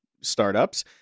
startups